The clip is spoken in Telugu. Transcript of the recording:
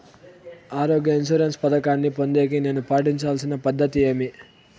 ఆరోగ్య ఇన్సూరెన్సు పథకాన్ని పొందేకి నేను పాటించాల్సిన పద్ధతి ఏమి?